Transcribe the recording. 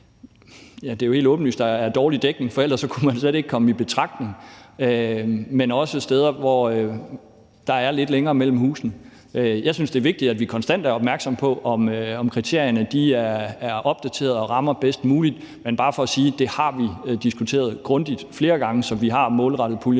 og det er jo helt åbenlyst – dårlig dækning, for ellers kunne man slet ikke komme i betragtning, men også om steder, hvor der er lidt længere mellem husene. Jeg synes, det er vigtigt, at vi konstant er opmærksomme på, om kriterierne er opdateret og rammer bedst muligt, men jeg vil bare sige, at vi har diskuteret det grundigt flere gange, så vi har målrettet puljen